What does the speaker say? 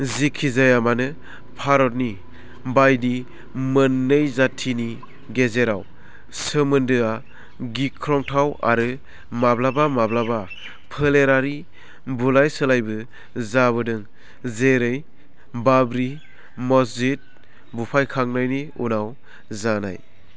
जिखिजायामानो भारतनि बायदि मोननै जाथिनि गेजेराव सोमोन्दोआ गिख्रंथाव आरो माब्लाबा माब्लाबा फोलेरारि बुलाय सोलायबो जाबोदों जेरै बाबरी मस्जिद बुफायखांनायनि उनाव जानाय